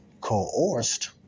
coerced